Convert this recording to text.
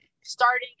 starting